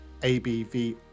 ABV